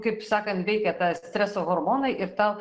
kaip sakant veikia tą streso hormonai ir tau